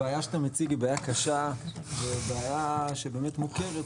הבעיה שאתה מציג היא בעיה קשה ובעיה שבאמת מוכרת,